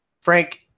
Frank